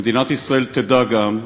ומדינת ישראל תדע גם,